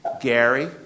Gary